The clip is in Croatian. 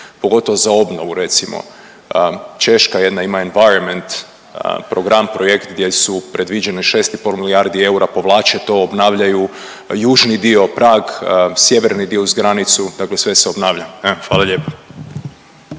pogotovo za obnovu recimo? Češka jedna ima…/Govornik se ne razumije/…program, projekt gdje su predviđene 6,5 milijardi eura, povlače to, obnavljaju, južni dio, Prag, sjeverni dio uz granicu, dakle sve se obnavlja, evo hvala lijepo.